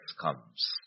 comes